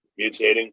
mutating